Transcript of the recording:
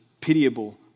pitiable